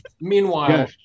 Meanwhile